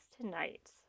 tonight